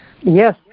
Yes